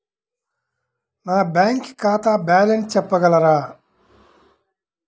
నా బ్యాంక్ ఖాతా బ్యాలెన్స్ చెప్పగలరా?